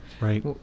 Right